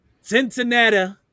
Cincinnati